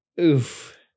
oof